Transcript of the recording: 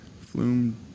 flume